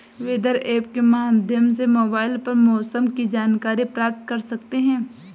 weather app के माध्यम से मोबाइल पर मौसम की जानकारी प्राप्त कर सकते हैं